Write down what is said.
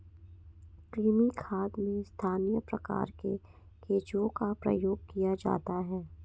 कृमि खाद में स्थानीय प्रकार के केंचुओं का प्रयोग किया जाता है